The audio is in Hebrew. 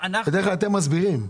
בדרך כלל אתם מסבירים.